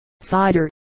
cider